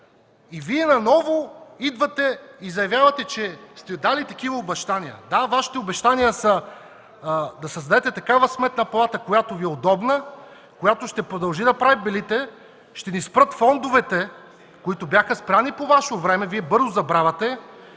И Вие наново идвате и заявявате, че сте дали такива обещания. Да, Вашите обещания са да създадете такава Сметна палата, която Ви е удобна, която ще продължи да прави белите, ще Ви спрат фондовете, които бяха спрени по Ваше време, Вие бързо забравяте.